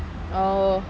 oh